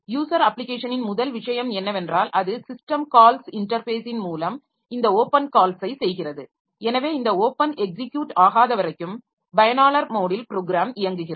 user அப்ளிகேஷனின் முதல் விஷயம் என்னவென்றால் அது சிஸ்டம் கால்ஸ் இன்டர்ஃபேஸின் மூலம் இந்த ஓப்பன் கால்ஸை செய்கிறது எனவே இந்த ஓப்பன் எக்ஸிக்யூட் ஆகாத வரைக்கும் பயனாளர் மோடில் ப்ரோக்ராம் இயங்குகிறது